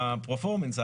הפרופורמנס,